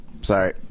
Sorry